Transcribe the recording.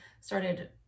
started